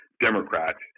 Democrats